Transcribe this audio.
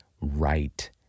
right